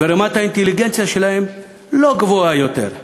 ורמת האינטליגנציה שלהם לא גבוהה יותר.